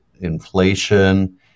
inflation